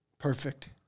Perfect